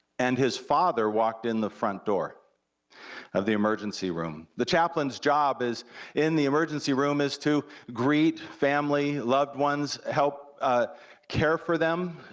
and his father walked in the front door of the emergency room. the chaplain's job in the emergency room is to greet family, loved ones, help care for them,